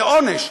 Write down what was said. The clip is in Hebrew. זה עונש.